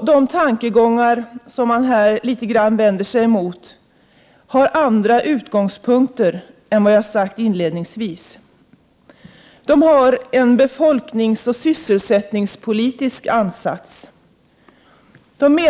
Dessa tankegångar, som man vänder sig emot litet grand, har andra utgångspunkter än de jag har redogjort för inledningsvis. Dessa tankegångar har en befolkningsoch sysselsättningspolitisk ansats. Det anses